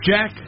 Jack